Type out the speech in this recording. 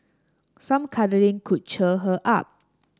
some cuddling could cheer her up